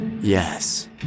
Yes